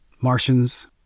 Martians